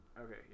Okay